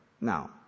Now